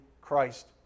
Christ